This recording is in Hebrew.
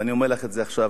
ואני אומר לך את זה עכשיו